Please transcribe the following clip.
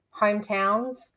hometowns